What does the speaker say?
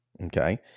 okay